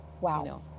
Wow